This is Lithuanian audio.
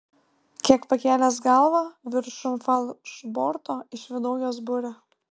kiek pakėlęs galvą viršum falšborto išvydau jos burę